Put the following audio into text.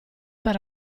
per